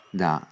da